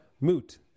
moot